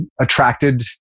attracted